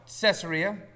Caesarea